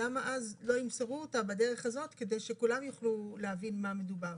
למה אז לא ימסרו אותה בדרך הזאת כדי שכולם יוכלו להבין במה מדובר